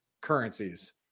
currencies